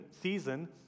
season